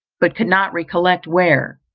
but could not recollect where.